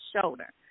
shoulder